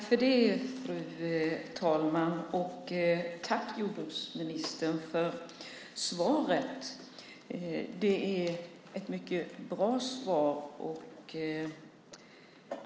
Fru talman! Tack, jordbruksministern, för svaret. Det är ett mycket bra svar.